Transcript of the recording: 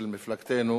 של מפלגתנו